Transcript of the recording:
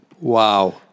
Wow